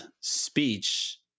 speech